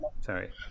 Sorry